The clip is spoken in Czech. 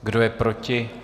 Kdo je proti?